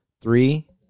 three